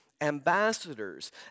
ambassadors